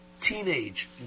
teenage